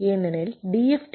ஏனெனில் DFT